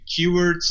keywords